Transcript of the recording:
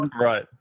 Right